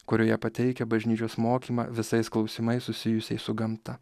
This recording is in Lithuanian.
kurioje pateikia bažnyčios mokymą visais klausimais susijusiais su gamta